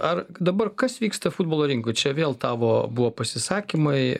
ar dabar kas vyksta futbolo rinkoj čia vėl tavo buvo pasisakymai